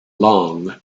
long